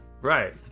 Right